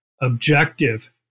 objective